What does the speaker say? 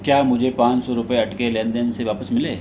क्या मुझे पान सौ रुपये अटके लेनदेन से वापस मिले